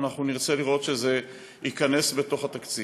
ואנחנו נרצה לראות שזה נכנס לתקציב.